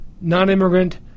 non-immigrant